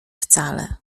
wcale